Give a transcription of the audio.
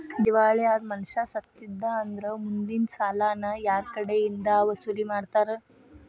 ದಿವಾಳಿ ಅದ್ ಮನಷಾ ಸತ್ತಿದ್ದಾ ಅಂದ್ರ ಮುಂದಿನ್ ಸಾಲಾನ ಯಾರ್ಕಡೆಇಂದಾ ವಸೂಲಿಮಾಡ್ತಾರ?